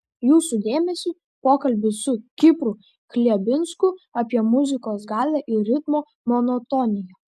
jūsų dėmesiui pokalbis su kipru chlebinsku apie muzikos galią ir ritmo monotoniją